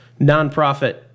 nonprofit